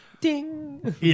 Ding